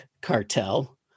cartel